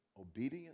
Obedience